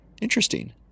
Interesting